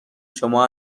شما